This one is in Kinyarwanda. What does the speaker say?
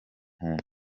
muntu